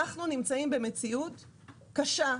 אנחנו נמצאים במציאות קשה,